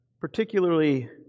particularly